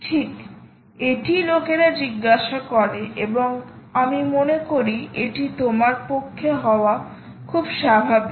ঠিক এটিই লোকেরা জিজ্ঞাসা করে এবং আমি মনে করি এটি তোমার পক্ষে হওয়া খুব স্বাভাবিক